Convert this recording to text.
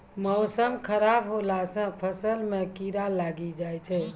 मौसम खराब हौला से फ़सल मे कीड़ा लागी जाय छै?